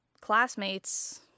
classmates